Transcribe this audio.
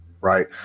right